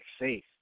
faith